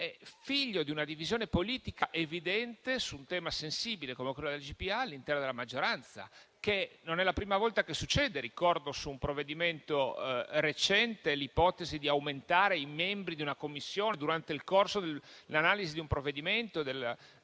è figlio di una divisione politica evidente su un tema sensibile come quello della gestazione per altri all'interno della maggioranza. Non è la prima volta che succede: ricordo su un provvedimento recente l'ipotesi di aumentare i membri di una Commissione durante l'analisi di un provvedimento,